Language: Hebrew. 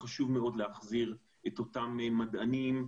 כי חשוב מאוד להחזיר את אותם מדענים,